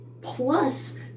plus